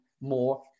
more